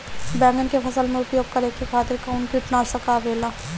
बैंगन के फसल में उपयोग करे खातिर कउन कीटनाशक आवेला?